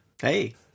Hey